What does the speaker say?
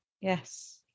yes